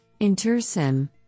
InterSim